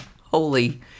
Holy